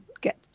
get